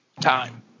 time